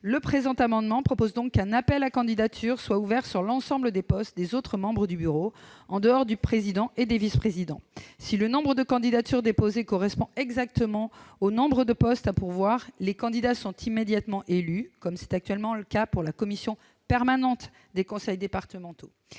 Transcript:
Le présent amendement vise donc à ce qu'un appel à candidatures soit ouvert sur l'ensemble des postes des autres membres du bureau, en dehors du président et des vice-présidents. Si le nombre de candidatures déposées correspond exactement au nombre de postes à pourvoir, les candidats sont immédiatement élus, comme c'est actuellement le cas pour la commission permanente des conseils départementaux.